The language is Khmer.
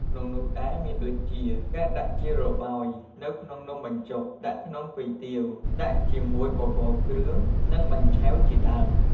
ក្នុងនោះដែរមានដូចជា ការដាក់ជារបោយនៅក្នុងនំបញ្ជុក ដាក់ក្នុងគុយទាវ ដាក់ជាមួយបបរគ្រឿង និងបាញ់ឆែវជាដើម។